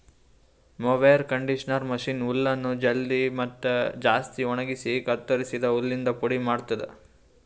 mower conditioner machine ಹುಲ್ಲನ್ನು ಜಲ್ದಿ ಮತ್ತ ಜಾಸ್ತಿ ಒಣಗುಸಿ ಕತ್ತುರಸಿದ ಹುಲ್ಲಿಂದ ಪುಡಿ ಮಾಡ್ತುದ